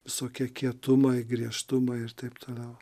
visokie kietumai griežtumai ir taip toliau